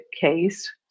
case